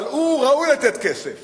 אבל הוא ראוי לתת כסף